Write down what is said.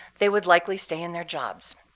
they would likely stay in their jobs,